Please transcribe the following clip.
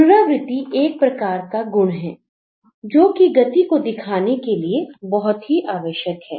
पुनरावृति एक प्रकार का गुण है जो की गति को दिखाने के लिए बहुत ही आवश्यक है